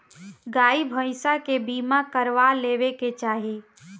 गाई भईसा के बीमा करवा लेवे के चाही